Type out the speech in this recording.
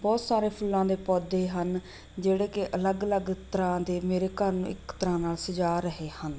ਬਹੁਤ ਸਾਰੇ ਫੁੱਲਾਂ ਦੇ ਪੌਦੇ ਹਨ ਜਿਹੜੇ ਕਿ ਅਲੱਗ ਅਲੱਗ ਤਰ੍ਹਾਂ ਦੇ ਮੇਰੇ ਘਰ ਨੂੰ ਇੱਕ ਤਰ੍ਹਾਂ ਨਾਲ ਸਜਾ ਰਹੇ ਹਨ